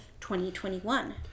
2021